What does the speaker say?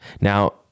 Now